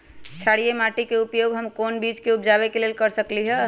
क्षारिये माटी के उपयोग हम कोन बीज के उपजाबे के लेल कर सकली ह?